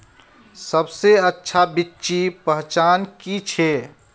सबसे अच्छा बिच्ची पहचान की छे?